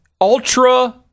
ultra